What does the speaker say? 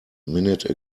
minute